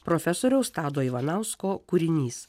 profesoriaus tado ivanausko kūrinys